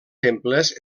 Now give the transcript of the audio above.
temples